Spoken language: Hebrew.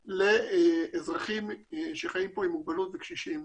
לאזרחים שחיים פה עם מוגבלות וקשישים.